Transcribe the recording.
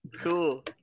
cool